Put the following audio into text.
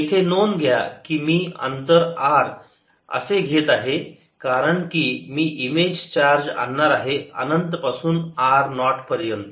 येथे नोंद घ्या की मी अंतर r असे घेत आहे कारण मी इमेज चार्ज आणणार आहे अनंत पासून r नॉट पर्यंत